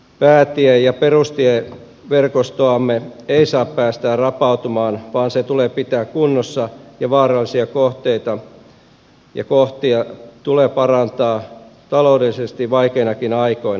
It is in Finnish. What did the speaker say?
päätie ja perustieverkostoamme ei saa päästää rapautumaan vaan se tulee pitää kunnossa ja vaarallisia kohtia tulee parantaa taloudellisesti vaikeinakin aikoina